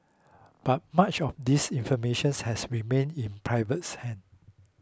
but much of this informations has remain in hands